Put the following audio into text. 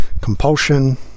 compulsion